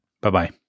Bye-bye